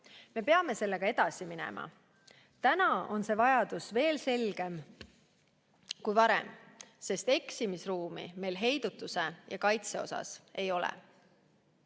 Me peame sellega edasi minema. Täna on see vajadus veel selgem kui varem, sest eksimisruumi meil heidutuse ja kaitse osas ei ole.